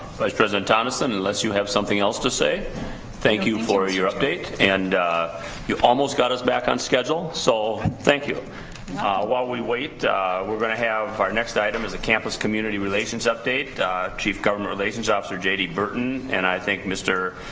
vice presidenttonnison unless you have something else to say thank you for your update and you almost got us back on schedule so thank you while we wait we're gonna have our next item as a campus community relations update chief government relations officer jd burton and i think mr.